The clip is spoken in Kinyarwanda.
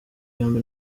yombi